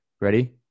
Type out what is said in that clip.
Ready